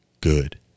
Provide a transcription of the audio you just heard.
good